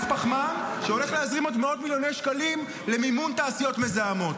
הולך להזרים עוד ועוד מיליוני שקלים למימון תעשיות מזהמות.